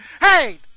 Hey